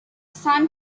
son